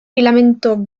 filamentos